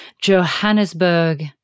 Johannesburg